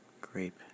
Grape